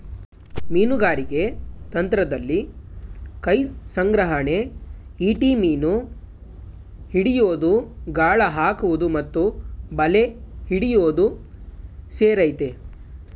ಮೀನುಗಾರಿಕೆ ತಂತ್ರದಲ್ಲಿ ಕೈಸಂಗ್ರಹಣೆ ಈಟಿ ಮೀನು ಹಿಡಿಯೋದು ಗಾಳ ಹಾಕುವುದು ಮತ್ತು ಬಲೆ ಹಿಡಿಯೋದು ಸೇರಯ್ತೆ